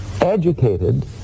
educated